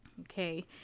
Okay